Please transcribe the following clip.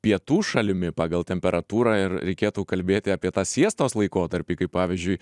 pietų šalimi pagal temperatūrą ir reikėtų kalbėti apie tą siestos laikotarpį kaip pavyzdžiui